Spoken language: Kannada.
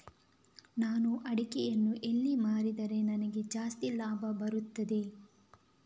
ನಾನು ಅಡಿಕೆಯನ್ನು ಎಲ್ಲಿ ಮಾರಿದರೆ ನನಗೆ ಜಾಸ್ತಿ ಲಾಭ ಬರುತ್ತದೆ?